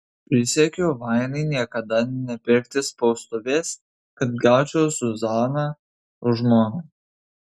prisiekiau vainai niekada nepirkti spaustuvės kad gaučiau zuzaną už žmoną